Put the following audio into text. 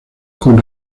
con